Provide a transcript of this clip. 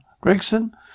Gregson